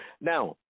Now